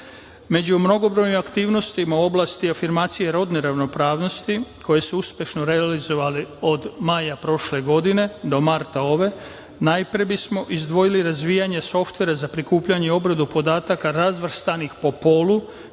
mnogobrojnim aktivnostima u oblasti afirmacije rodne ravnopravnosti koji su uspešno realizovani od maja prošle godine do marta ove godine najpre bismo izdvojili razvijanje softvera za prikupljanje i obradu podataka razvrstanih po polu,